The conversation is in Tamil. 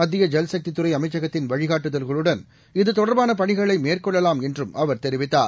மத்திய ஐல்சக்திதுறைஅமைச்சகத்தின் வழிகாட்டுதல்களுடன் இது தொடர்பானபணிகளைமேற்கொள்ளலாம் என்றும் அவர் தெரிவித்தார்